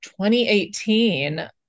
2018